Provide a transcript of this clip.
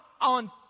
on